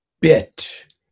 bit